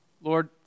Lord